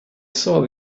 saw